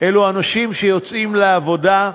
אלו האנשים שיוצאים לעבודה,